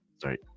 Sorry